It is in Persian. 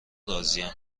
راضیم